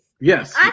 Yes